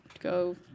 go